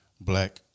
Black